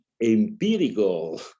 empirical